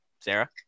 Sarah